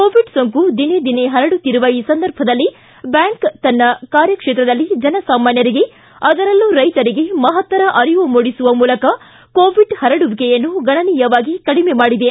Covid ಸೋಂಕು ದಿನೇ ದಿನೇ ಪರಡುತ್ತಿರುವ ಈ ಸಂದರ್ಭದಲ್ಲಿ ಬ್ಯಾಂಕ್ ತನ್ನ ಕಾರ್ಯ ಕ್ಷೇತ್ರದಲ್ಲಿ ಜನಸಾಮಾನ್ತರಿಗೆ ಆದರಲ್ಲೂ ರೈತರಿಗೆ ಮಪತ್ತರ ಅರಿವು ಮೂಡಿಸುವ ಮೂಲಕ ಕೋವಿಡ್ ಪರಡುವಿಕೆಯನ್ನು ಗಣನೀಯವಾಗಿ ಕಡಿಮೆ ಮಾಡಿದೆ